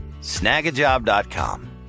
Snagajob.com